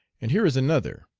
and here is another.